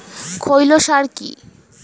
খৈল সার কি?